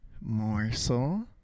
morsel